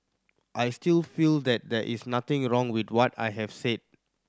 I still feel that there is nothing wrong with what I have said